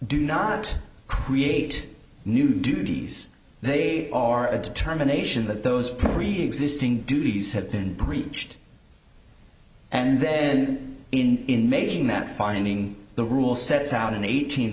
do not create new duties they are a determination that those preexisting duties have been breached and then in making that finding the rule sets out an eighteen